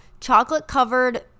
chocolate-covered